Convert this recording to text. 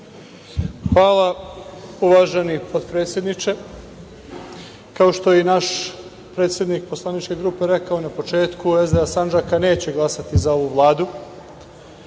Hvala, uvaženi potpredsedniče. Kao što je i naš predsednik poslaničke grupe rekao na početku, SDA Sandžaka neće glasati za ovu